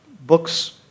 books